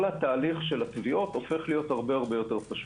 כל תהליך התביעות הופך הרבה יותר פשוט.